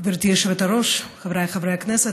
גברתי היושבת-ראש, חבריי חברי הכנסת,